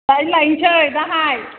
दाहाय लायनसै दाहाय